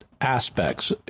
aspects